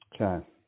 Okay